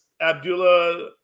Abdullah